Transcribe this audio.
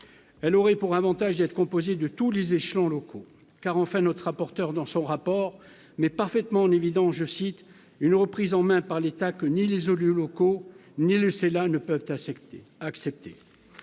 elle aurait pour Avantage d'être composé de tous les échelons locaux car enfin notre rapporteur dans son rapport, mais parfaitement évident, je cite, une reprise en main par l'État, que ni les hauts lieux locaux ni laisser là ne peuvent insectes et